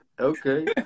Okay